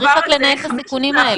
צריך רק לנהל את הסיכונים האלה.